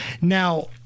Now